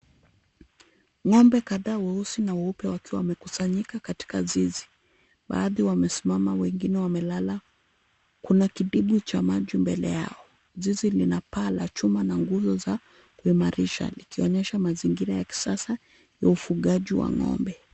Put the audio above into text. Ng'ombe kadhaa weusi na weupe wakiwa wamekusanyika katika zizi. Baadhi wamesimama wengine wamelala, kuna kidimbwi cha maji mbele yao. Zizi lina paa la chuma na nguzo za kuimarisha likionyesha mazingira ya kisasa ya ufugaji wa ng'ombe.